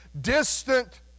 distant